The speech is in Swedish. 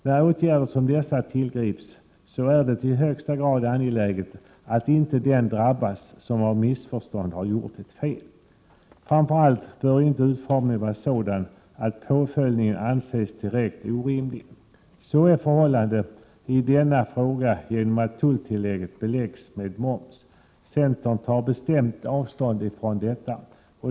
När åtgärder som dessa tillgrips är det i högsta grad angeläget att inte den drabbas som av missförstånd har gjort ett fel. Framför allt bör inte utformningen vara sådan att påföljden anses direkt orimlig. Sådant är förhållandet i denna fråga genom att tulltillägget beläggs med moms. Centern tar bestämt avstånd från detta.